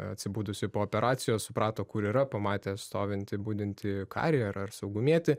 atsibudusi po operacijos suprato kur yra pamatė stovintį budintį karį ar ar saugumietį